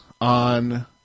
on